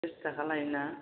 थ्रिस थाखा लायो ना